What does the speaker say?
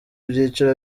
byiciro